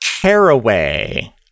Caraway